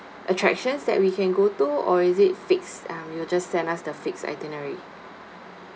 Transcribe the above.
attractions that we can go to or is it fixed um you'll just send us to the fixed itinerary